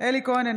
אלי כהן,